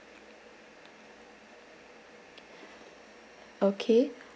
okay